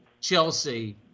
Chelsea